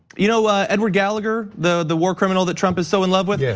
you know edward gallagher, the war criminal that trump is so in love with? yeah.